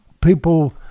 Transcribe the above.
people